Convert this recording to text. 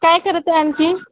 काय करतंय आणखी